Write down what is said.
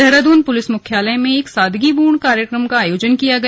Dehradun police मुख्यालय में एक सादगीपूर्ण कार्यक्रम का आयोजन किया गया